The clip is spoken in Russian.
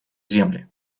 земли